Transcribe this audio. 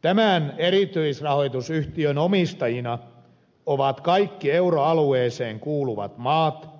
tämän erityisrahoitusyhtiön omistajina ovat kaikki euroalueeseen kuuluvat maat